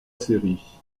série